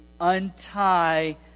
untie